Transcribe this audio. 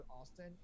Austin